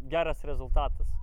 geras rezultatas